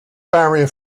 barrier